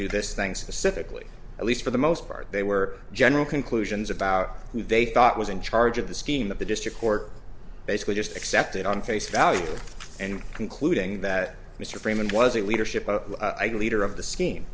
do this thing specifically at least for the most part they were general conclusions about who they thought was in charge of the scheme that the district court basically just accepted on face value and concluding that mr freeman was a leadership leader of the scheme